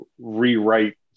rewrite